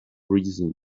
reason